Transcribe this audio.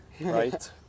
right